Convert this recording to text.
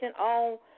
on